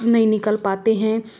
नई निकल पाते हैं